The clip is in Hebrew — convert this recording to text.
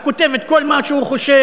הוא כותב את כל מה שהוא חושב